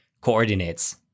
coordinates